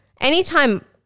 anytime